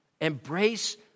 Embrace